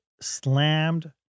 slammed